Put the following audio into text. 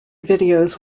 videos